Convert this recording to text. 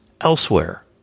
elsewhere